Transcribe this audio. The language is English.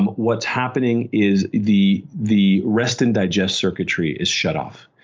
what's happening is the the rest and digest circuitry is shut off,